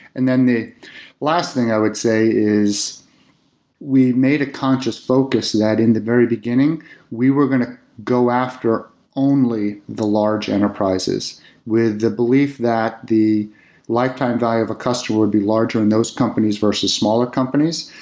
and then the last thing i would say is we made a conscious focus that in the very beginning we were going to go after only the large enterprises with the belief that the lifetime value of a customer would be larger in those companies versus smaller companies.